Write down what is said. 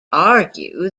argue